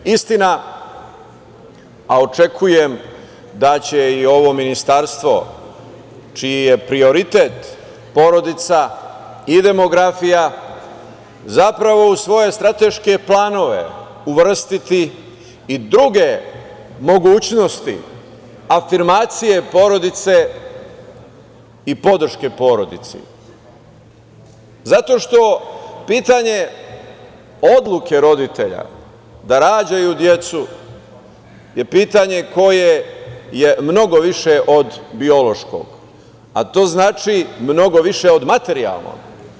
Istina, a očekujem da će i ovo ministarstvo čiji je prioritet porodica i demografija zapravo u svoje strateške planove uvrstiti i druge mogućnosti afirmacije porodice i podrške porodici, zato što pitanje odluke roditelja da rađaju decu je pitanje koje je mnogo više od biološkog, a to znači mnogo više od materijalnog.